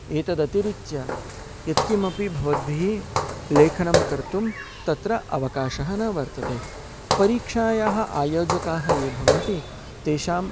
एतदतिरिच्य यत्किमपि भवद्भिः लेखनं कर्तुं तत्र अवकाशः न वर्तते परीक्षायाः आयोजकाः ये भवन्ति तेषाम्